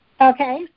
Okay